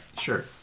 Sure